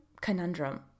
conundrum